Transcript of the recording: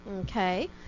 Okay